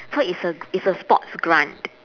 so it's a it's a sports grant